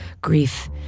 Grief